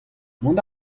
mont